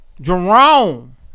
Jerome